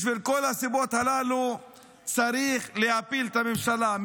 בשביל כל הסיבות הללו צריך להפיל את הממשלה.